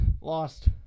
lost